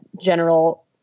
general